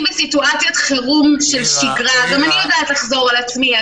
בסיטואציית חירום של שגרה גם אני יודעת לחזור על עצמי,